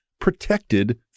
protected